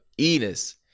Enos